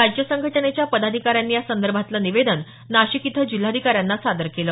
राज्य संघटनेच्या पदाधिकाऱ्यांनी या संदर्भातलं निवेदन नाशिक इथं जिल्हाधिकाऱ्यांना सादर केलं